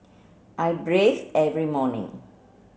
I bathe every morning